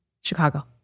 Chicago